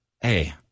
Hey